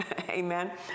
amen